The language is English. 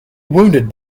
wounded